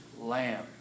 Lamb